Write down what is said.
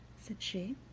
said she.